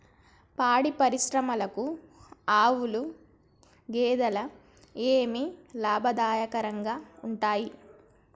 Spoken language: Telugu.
పాడి పరిశ్రమకు ఆవుల, గేదెల ఏవి లాభదాయకంగా ఉంటయ్?